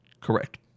Correct